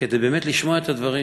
כדי לשמוע את הדברים